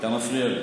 אתה מפריע לי.